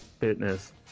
Fitness